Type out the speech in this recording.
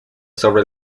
sobre